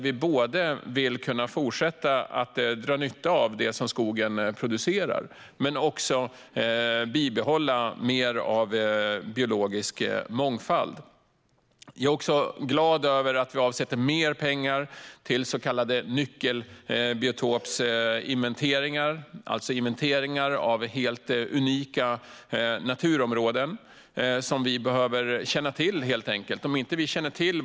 Vi vill kunna fortsätta dra nytta av det som skogen producerar men också bibehålla mer biologisk mångfald. Jag är också glad över att vi avsätter mer pengar till så kallade nyckelbiotopsinventeringar. Det handlar om inventeringar av helt unika naturområden som vi helt enkelt behöver känna till.